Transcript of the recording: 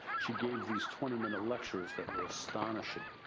she gave these twenty minute lectures that were astonishing.